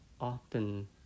often